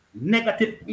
negative